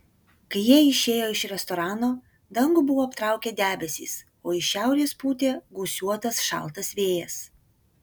kai jie išėjo iš restorano dangų buvo aptraukę debesys o iš šiaurės pūtė gūsiuotas šaltas vėjas